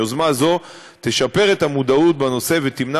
יוזמה זו תשפר את המודעות בנושא ותמנע